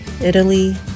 Italy